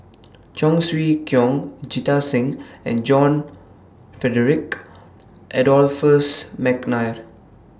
Cheong Siew Keong Jita Singh and John Frederick Adolphus Mcnair